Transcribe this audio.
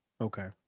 Okay